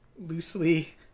loosely